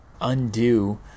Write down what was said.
undo